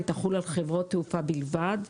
החוק יחול על חברות תעופה בלבד,